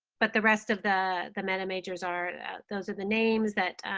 but the rest of the the meta majors are those are the names that